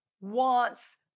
wants